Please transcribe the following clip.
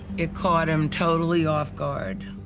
it caught him totally off guard.